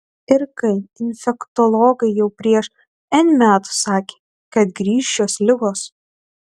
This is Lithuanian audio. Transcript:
ir kai infektologai jau prieš n metų sakė kad grįš šios ligos